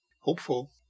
hopeful